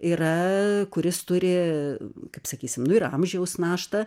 yra kuris turi kaip sakysim nu ir amžiaus naštą